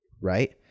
right